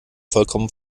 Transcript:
vollkommen